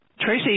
Tracy